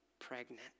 pregnant